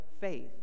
faith